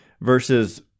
versus